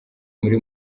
muri